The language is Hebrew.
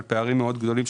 על פערים גדולים מאוד,